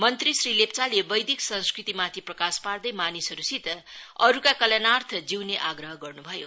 मंत्री श्री लेप्चाले बैदिक संस्कृतिमाथि प्रकाश पार्दै मानिसहरूसित अरूको कल्याणार्थ जिउने आग्रह गर्नुभयो